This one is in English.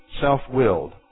self-willed